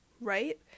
Right